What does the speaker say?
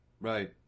Right